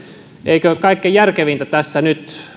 eikö kaikkein järkevintä tässä